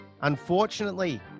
Unfortunately